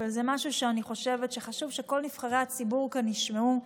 אבל זה משהו שאני חושבת שחשוב שכל נבחרי הציבור כאן ישמעו,